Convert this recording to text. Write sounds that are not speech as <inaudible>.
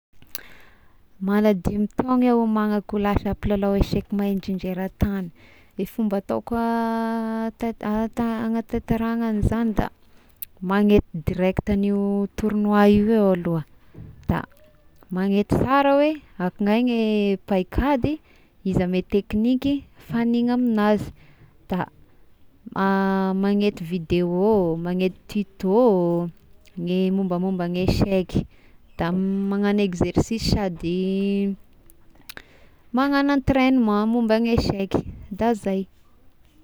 <noise> Mana dimy tao iaho hiomanako ho lasa mpilalao eseky mahay indrindra eran-tagny, i fomba ataoko <hesitation> ata-ant-anatanterahagna izany da magnety direct agnio tournois io eo iaho aloha, da magnety sara hoe aiko ai gny paik'ady, izy ame ny tekniky fanigna amin'azy, da <hesitation> magnety video, magnety tuto ny mombamomban'ny eseky da magnano ekzersisy sady <noise> magnano entrainement momba ny eseky da zay.